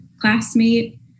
classmate